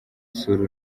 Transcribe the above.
sura